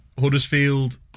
Huddersfield